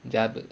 job